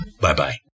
Bye-bye